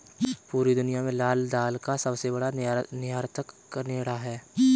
पूरी दुनिया में लाल दाल का सबसे बड़ा निर्यातक केनेडा है